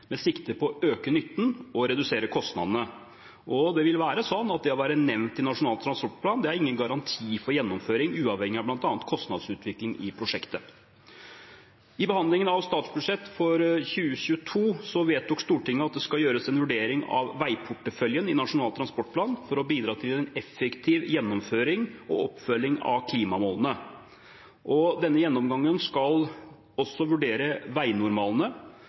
med sikte på å øke nytten og redusere kostnadene. Og det vil være slik at det å være nevnt i Nasjonal transportplan er ingen garanti for gjennomføring, uavhengig av bl.a. kostnadsutvikling i prosjektet. I behandlingen av statsbudsjettet for 2022 vedtok Stortinget at det skal gjøres en vurdering av veiporteføljen i Nasjonal transportplan for å bidra til en effektiv gjennomføring og oppfølging av klimamålene. Denne gjennomgangen skal også vurdere veinormalene,